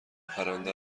پرنده